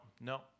no